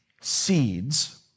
seeds